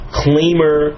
claimer